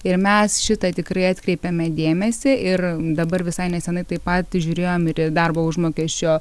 ir mes šitą tikrai atkreipiame dėmesį ir dabar visai nesenai taip pat žiūrėjom ir į darbo užmokesčio